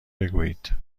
بگویید